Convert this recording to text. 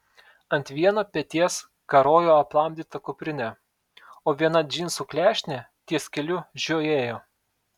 ant vieno peties karojo aplamdyta kuprinė o viena džinsų klešnė ties keliu žiojėjo